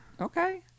Okay